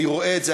אני רואה את זה,